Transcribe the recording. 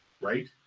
right